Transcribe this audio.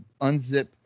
unzip